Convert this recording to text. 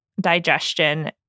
digestion